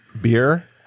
Beer